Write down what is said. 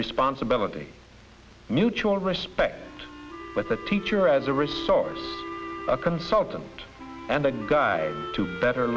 responsibility mutual respect with the teacher as a resource a consultant and the guide to better